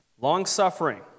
long-suffering